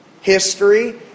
History